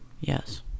Yes